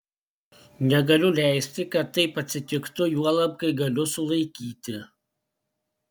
negaliu leisti kad taip atsitiktų juolab kai galiu sulaikyti